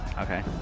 Okay